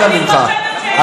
אנא ממך,